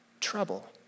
trouble